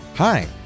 Hi